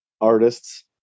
artists